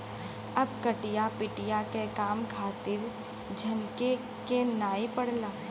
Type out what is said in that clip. अब कटिया पिटिया के काम खातिर झनके के नाइ पड़ला